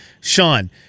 Sean